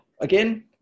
again